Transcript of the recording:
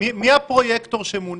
מי הפרויקטור שמונה?